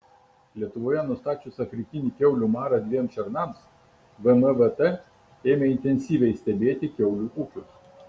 lietuvoje nustačius afrikinį kiaulių marą dviem šernams vmvt ėmė intensyviai stebėti kiaulių ūkius